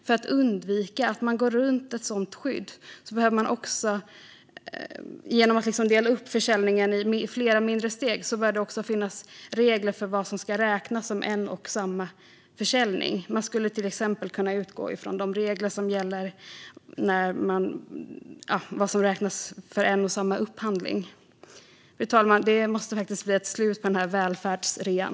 För att undvika att man går runt ett sådant skydd genom att dela upp en försäljning i flera mindre steg bör det också finnas särskilda regler för vad som räknas som en och samma försäljning. Man skulle till exempel kunna utgå från reglerna för vad som räknas som en och samma upphandling. Fru talman! Det måste bli ett slut på den här välfärdsrean.